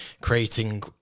creating